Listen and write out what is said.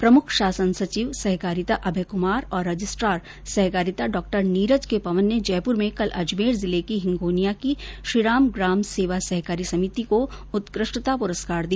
प्रमुख शासन सचिव सहकारिता अभय कमार और रजिस्ट्रार सहकारिता डॉ नीरज के पवन ने जयपुर में कल अजमेर जिले के हिंगोनिया की श्रीराम ग्राम सेवा सहकारी समिति को उत्कृष्टता पुरस्कार दिया